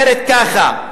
אומרת ככה,